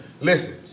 Listen